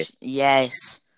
Yes